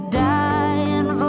dying